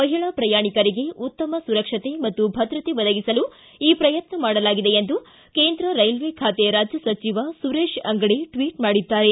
ಮಹಿಳಾ ಪ್ರಯಾಣಿಕರಿಗೆ ಉತ್ತಮ ಸುರಕ್ಷತೆ ಮತ್ತು ಭದ್ರತೆ ಒದಗಿಸಲು ಈ ಪ್ರಯತ್ನ ಮಾಡಲಾಗಿದೆ ಎಂದು ಕೇಂದ್ರ ರೈಲ್ವೆ ಖಾತೆ ರಾಜ್ಯ ಸಚಿವ ಸುರೇಶ ಅಂಗಡಿ ಟ್ವಿಬ್ ಮಾಡಿದ್ದಾರೆ